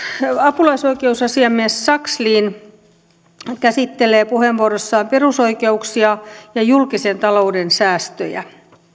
apulaisoikeusasiamies sakslin käsittelee puheenvuorossaan perusoikeuksia ja julkisen talouden säästöjä